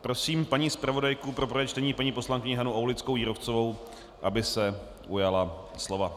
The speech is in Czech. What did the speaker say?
Prosím paní zpravodajku pro prvé čtení, paní poslankyni Hanu AulickouJírovcovou, aby se ujala slova.